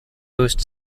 boost